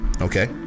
Okay